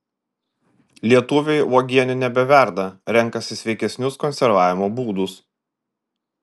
lietuviai uogienių nebeverda renkasi sveikesnius konservavimo būdus